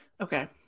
okay